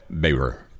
Bayer